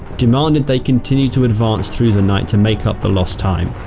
demanded they continue to advance through the night to make up the lost time.